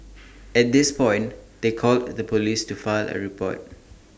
at this point they called the Police to file A report